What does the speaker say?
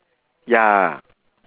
ya